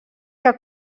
que